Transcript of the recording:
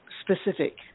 specific